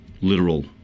literal